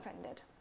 offended